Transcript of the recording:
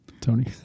Tony